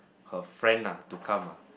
her friend ah to come ah